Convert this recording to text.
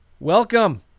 Welcome